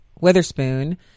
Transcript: Witherspoon